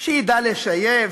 "שידע לשייף,